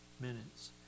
minutes